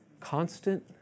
Constant